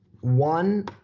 One